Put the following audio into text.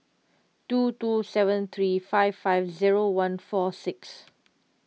two two seven three five five zero one four six